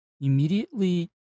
immediately